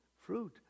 Fruit